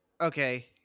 Okay